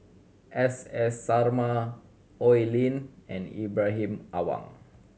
S S Sarma Oi Lin and Ibrahim Awang